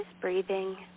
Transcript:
Breathing